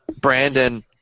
Brandon